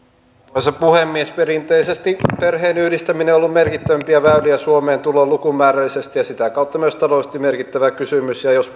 arvoisa puhemies perinteisesti perheenyhdistäminen on ollut merkittävimpiä väyliä suomeen tuloon lukumäärällisesti ja sitä kautta myös taloudellisesti merkittävä kysymys ja jos